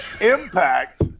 Impact